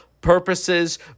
purposes